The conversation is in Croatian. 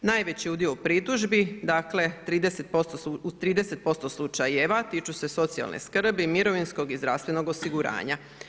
Najveći udio pritužbi dakle, u 30% slučajeva tiču se socijalne skrbi, mirovinskog i zdravstvenog osiguranja.